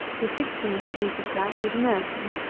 the sixteenth piece of plat was american.